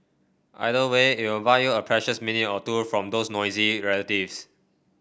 either way it will buy you a precious minute or two from those nosy relatives